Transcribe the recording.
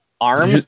arm